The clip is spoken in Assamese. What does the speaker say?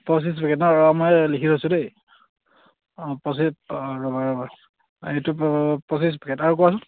পঁচিছ পেকেট নহ্ ৰ মই লিখি লৈছোঁ দেই অঁ পঁচিছ অঁ ৰ'বা ৰ'বা এইটো প পঁচিছ পেকেট আৰু কোৱাচোন